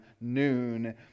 noon